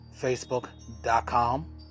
facebook.com